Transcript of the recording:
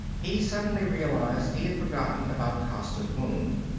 he suddenly realized he had forgotten about costa's wound.